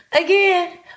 again